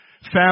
family